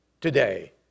today